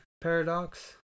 paradox